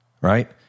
right